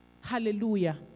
Hallelujah